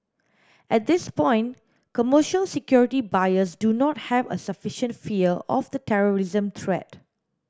at this point commercial security buyers do not have a sufficient fear of the terrorism threat